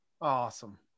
Awesome